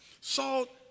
Salt